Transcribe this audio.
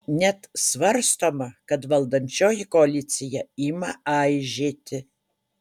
net svarstoma kad valdančioji koalicija ima aižėti